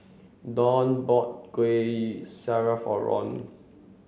Donn bought Kueh Syara for Ron